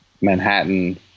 manhattan